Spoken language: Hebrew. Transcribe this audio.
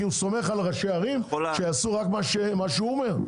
כי הוא סומך על ראשי הערים שיעשו רק מה שהוא אומר?